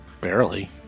barely